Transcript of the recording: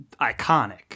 iconic